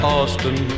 Austin